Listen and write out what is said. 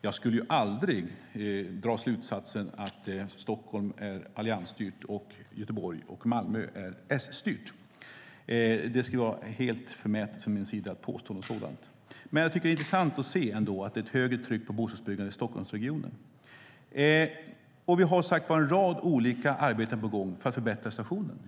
Jag skulle ju aldrig dra slutsatsen att Stockholm är alliansstyrt och Göteborg och Malmö är S-styrda. Det skulle vara helt förmätet att från min sida påstå något sådant. Jag tycker ändå att det är intressant att se att det är ett högre tryck på bostadsbyggandet i Stockholmsregionen. Vi har som sagt en rad olika arbeten på gång för att förbättra situationen.